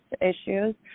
issues